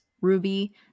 ruby